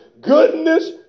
goodness